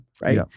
right